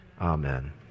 Amen